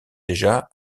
déjà